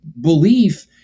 belief